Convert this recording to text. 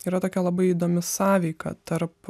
tai yra tokia labai įdomi sąveika tarp